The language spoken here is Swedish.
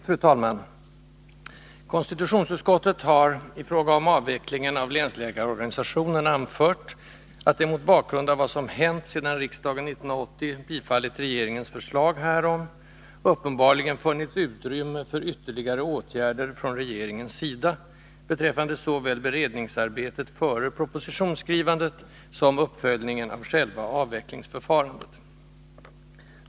Fru talman! Konstitutionsutskottet har i fråga om avvecklingen av länsläkarorganisationen anfört att det - mot bakgrund av vad som hänt sedan riksdagen 1980 bifallit regeringens förslag härom — uppenbarligen ”funnits utrymme för ytterligare åtgärder från regeringens sida” beträffande såväl beredningsarbetet före propositionsskrivandet som uppföljningen av själva avvecklingsförfarandet.